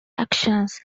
actions